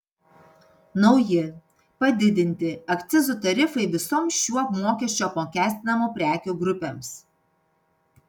nauji padidinti akcizų tarifai visoms šiuo mokesčiu apmokestinamų prekių grupėms